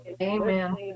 Amen